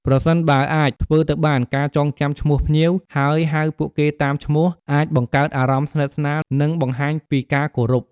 ប្រសិនបើអាចធ្វើទៅបាន ការចងចាំឈ្មោះភ្ញៀវ ហើយហៅពួកគេតាមឈ្មោះ អាចបង្កើតអារម្មណ៍ស្និទ្ធស្នាល និងបង្ហាញពីការគោរព។